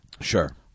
Sure